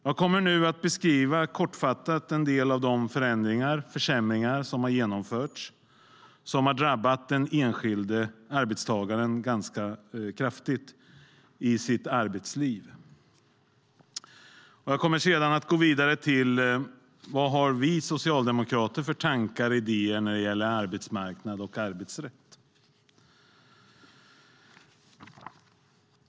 Jag kommer att kortfattat beskriva en del av de förändringar och försämringar som har genomförts och som har drabbat den enskilde arbetstagaren ganska hårt. Jag kommer sedan att gå vidare till vad vi socialdemokrater har för tankar och idéer när det gäller arbetsmarknad och arbetsrätt.